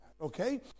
okay